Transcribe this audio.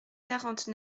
quarante